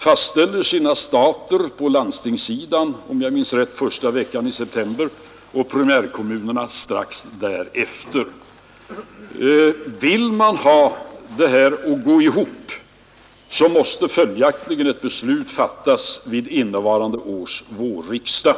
På landstingssidan fastställer man sina stater den första veckan i september, om jag minns rätt, och primärkommunerna börjar strax efter. Och om man vill ha allt detta att gå ihop måste ett beslut följaktligen fattas vid innevarande års vårriksdag.